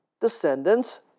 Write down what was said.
descendants